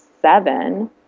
seven